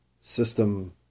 system